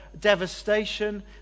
devastation